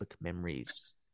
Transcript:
memories